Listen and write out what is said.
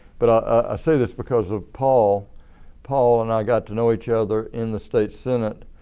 but i say this because of paul paul and i got to know each other in the state senate.